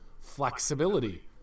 flexibility